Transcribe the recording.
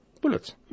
bullets